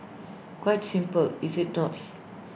quite simple is IT not